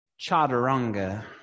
chaturanga